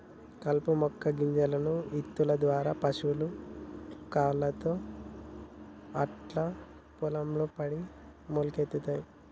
కలుపు మొక్కల గింజలు ఇత్తుల దారా పశువుల కాళ్లతో అట్లా పొలం లో పడి మొలకలొత్తయ్